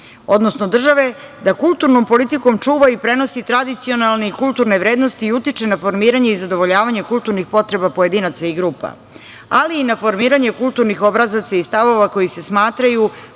odnosno države da kulturnom politikom čuva i prenosi tradicionalne i kulturne vrednosti i utiče na formiranje i zadovoljavanje kulturnih potreba pojedinaca i grupa, ali i na formiranje kulturnih obrazaca i stavova koji se smatraju